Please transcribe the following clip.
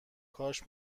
کاش